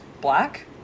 black